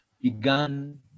began